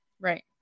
right